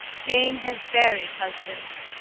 jane has buried husbands.